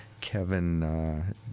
Kevin